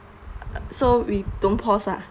so we don't pause ah